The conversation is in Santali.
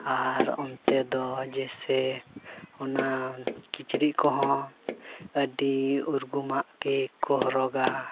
ᱟᱨ ᱚᱱᱛᱮ ᱫᱚ ᱡᱮᱭᱥᱮ ᱚᱱᱟ ᱠᱤᱪᱨᱤᱡ ᱠᱚᱦᱚᱸ ᱟᱹᱰᱤ ᱩᱨᱜᱩᱢᱟᱜ ᱜᱮᱠᱚ ᱦᱚᱨᱚᱜᱟ